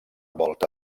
volta